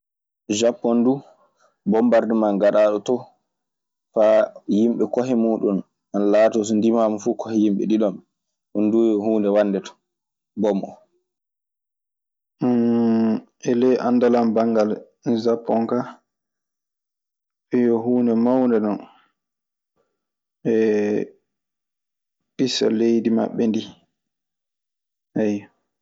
Japon dum bombardement gaɗaɗo tome ,fa yimɓe kohee muɗum ana latoo so ndimaama fu kohee yimɓe ɗiɗom, ɗum dum yo humɗe wade ton bomne. E ley anndal an banngal Sapon ka, yo huunde mawnde non e ŋissa leydi maɓɓe ndii. Ayyo.